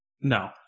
No